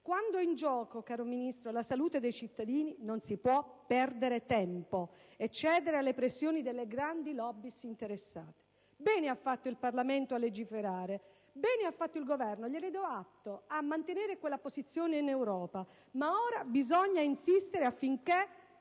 Quando è in gioco, signor Ministro, la salute dei cittadini non si può perdere tempo e cedere alle pressioni delle grandi *lobby* interessate. Bene ha fatto il Parlamento a legiferare, e bene ha fatto il Governo - gliene do atto - a mantenere quella posizione in Europa, ma ora bisogna insistere affinché